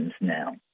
now